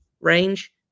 range